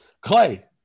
Clay